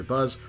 Buzz